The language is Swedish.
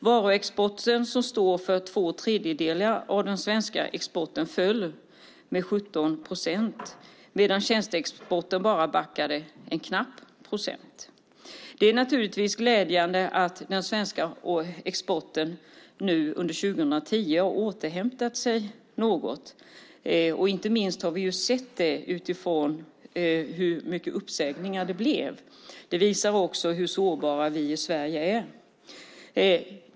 Varuexporten, som står för två tredjedelar av den svenska exporten, föll med 17 procent, medan tjänsteexporten bara backade en knapp procent. Det är naturligtvis glädjande att den svenska exporten har återhämtat sig något nu under 2010. Det har vi kunnat se på hur många uppsägningar det blev. Det visar också hur sårbara vi i Sverige är.